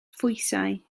phwysau